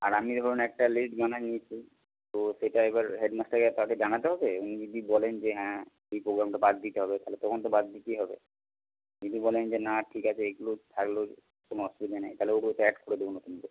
আর আমি ধরুন একটা লিস্ট বানিয়ে নিয়েছি তো সেটা এবার হেডমাস্টারকে তাকে জানাতে হবে উনি যদি বলেন যে হ্যাঁ এই প্রোগ্রামটা বাদ দিতে হবে তাহলে তখন তো বাদ দিতেই হবে যদি বলেন যে না ঠিক আছে এইগুলোও থাকলেও কোনো অসুবিধা নেই তাহলে ওইগুলোকে অ্যাড করে দেব নতুন করে